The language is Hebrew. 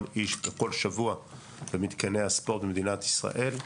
איש בכל שבוע במתקני הספורט במדינת ישראל.